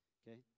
okay